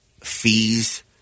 fees